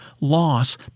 loss